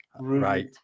Right